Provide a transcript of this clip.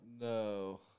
No